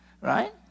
Right